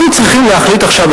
אנחנו צריכים להחליט עכשיו,